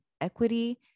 equity